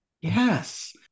yes